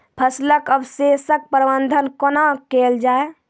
फसलक अवशेषक प्रबंधन कूना केल जाये?